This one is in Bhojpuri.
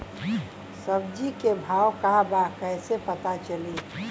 सब्जी के भाव का बा कैसे पता चली?